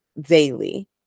daily